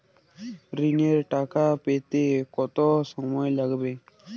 ঋণের টাকা পেতে কত সময় লাগবে?